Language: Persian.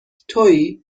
توئی